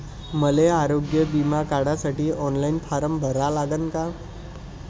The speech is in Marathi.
मले आरोग्य बिमा काढासाठी ऑनलाईन फारम भरा लागन का?